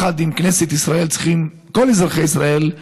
יחד עם כנסת ישראל, כל אזרחי ישראל,